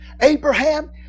Abraham